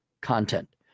content